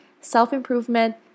self-improvement